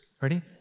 Ready